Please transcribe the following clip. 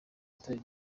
itorero